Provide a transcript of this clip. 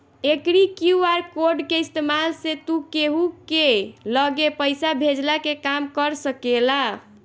एकरी QR code के इस्तेमाल से तू केहू के लगे पईसा भेजला के काम कर सकेला